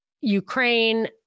Ukraine